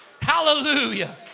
Hallelujah